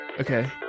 Okay